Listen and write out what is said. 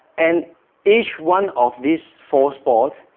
and each one of these four sports